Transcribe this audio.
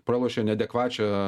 pralošė neadekvačią